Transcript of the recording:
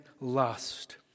lust